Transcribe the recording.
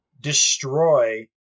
destroy